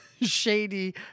shady